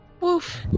Woof